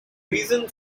reason